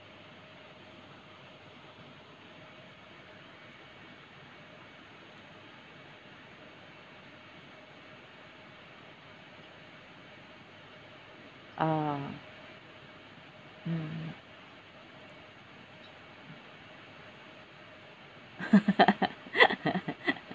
oh mm